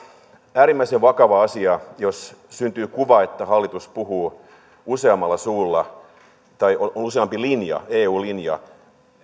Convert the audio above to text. äärimmäisen vakava asia jos syntyy kuva että hallitus puhuu useammalla suulla tai on useampi eu linja